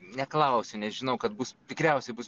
neklausiu nes žinau kad bus tikriausiai bus